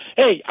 hey